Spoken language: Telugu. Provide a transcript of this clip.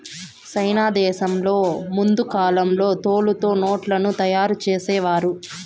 సైనా దేశంలో ముందు కాలంలో తోలుతో నోట్లను తయారు చేసేవారు